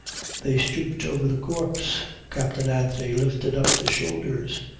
they stooped over the corpse. captain anthony lifted up the shoulders.